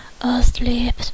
asleep